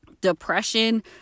Depression